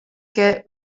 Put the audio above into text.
che